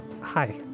hi